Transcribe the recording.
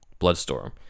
Bloodstorm